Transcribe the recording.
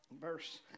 verse